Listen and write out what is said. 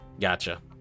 Gotcha